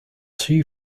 too